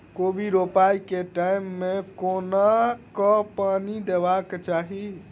कोबी रोपय केँ टायम मे कोना कऽ पानि देबाक चही?